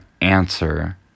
answer